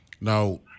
now